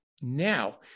Now